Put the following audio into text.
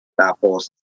Tapos